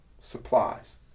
supplies